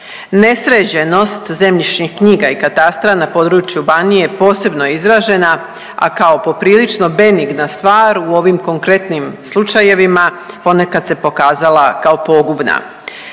Nesređenost zemljišnih knjiga i katastra na području Banije je posebno izražena, a kao poprilično benigna stvar u ovim konkretnim slučajevima, ponekad se pokazala kao pogubna.